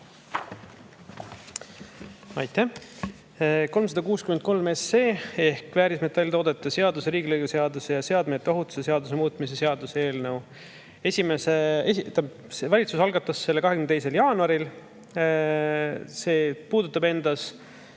Aitäh! 363 SE ehk väärismetalltoodete seaduse, riigilõivuseaduse ja seadme ohutuse seaduse muutmise seaduse eelnõu. Valitsus algatas selle 22. jaanuaril. See puudutab